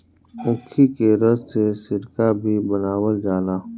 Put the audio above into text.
ऊखी के रस से सिरका भी बनावल जाला